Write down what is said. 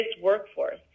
workforce